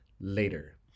later